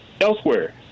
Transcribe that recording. elsewhere